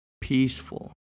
peaceful